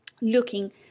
looking